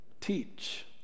teach